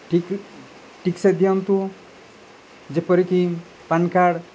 ଠିକ୍ ଠିକ୍ସେ ଦିଅନ୍ତୁ ଯେପରିକି ପାନ୍ କାର୍ଡ଼୍